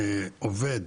שעובד,